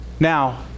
Now